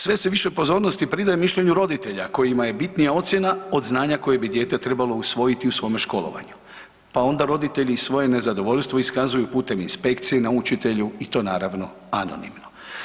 Sve se više pozornosti pridaje mišljenju roditelja kojima je bitnija ocjena od znanja koje bi dijete trebalo usvojiti u svome školovanju, pa onda roditelji svoje nezadovoljstvo iskazuju putem inspekcije na učitelju i to naravno anonimno.